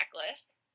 necklace